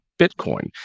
Bitcoin